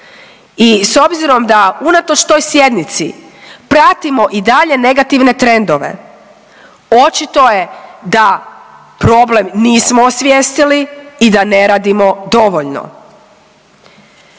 i s obzirom da unatoč toj sjednici pratimo i dalje negativne trendove očito je da problem nismo osvijestili i da ne radimo dovoljno.